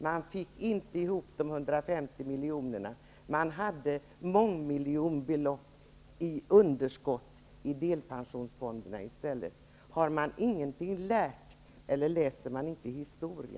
Man fick inte ihop de 150 miljonerna, man hade i stället mångmiljonbelopp i underskott i delpensionsfonderna. Har man ingenting lärt? Eller läser man inte historia?